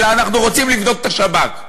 אלא אנחנו רוצים לבדוק את השב"כ.